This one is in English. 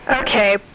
Okay